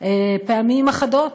פעמים אחדות,